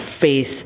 face